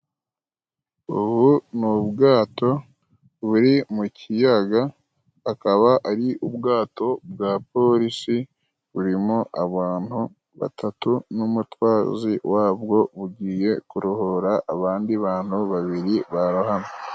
Ubu ni ubwato buri mu kiyaga akaba ari ubwato bwa polisi burimo abantu batatu n'umutwazi wabwo bugiye kurohora abandi bantu babiri barohamye.